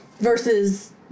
Versus